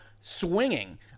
Swinging